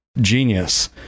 genius